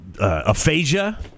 aphasia